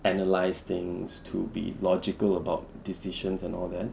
analyse things to be logical about decisions and all that